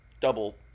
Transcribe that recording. double